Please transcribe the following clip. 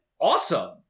Awesome